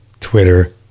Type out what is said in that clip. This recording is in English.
Twitter